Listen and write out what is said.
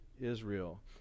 Israel